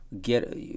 get